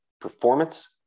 performance